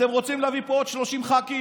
אתם רוצים להביא לפה עוד 30 ח"כים.